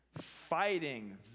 fighting